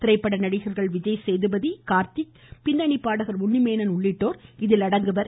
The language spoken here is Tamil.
திரைப்பட நடிகர்கள் விஜய் சேதுபதி கார்த்திக் பின்னணி பாடகர் உன்னிமேனன் உள்ளிட்டோர் இதில் அடங்குவர்